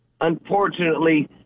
unfortunately